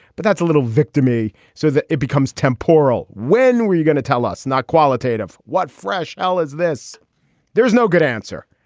but that's a little victor me so that it becomes temporal. when were you gonna tell us? not qualitative. what fresh l is. this there is no good answer.